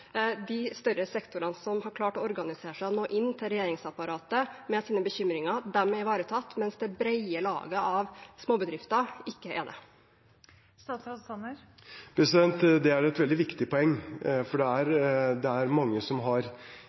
de større sektorene som har seg klart å organisere seg og nå inn til regjeringsapparatet med sine bekymringer, er ivaretatt, mens det brede laget av småbedrifter ikke er det. Det er et veldig viktig poeng, for det er mange som har